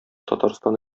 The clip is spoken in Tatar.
татарстан